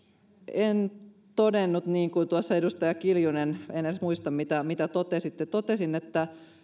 en todennut niin kuin tuossa edustaja kiljunen totesi en edes muista mitä totesitte totesin että